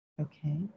Okay